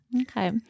Okay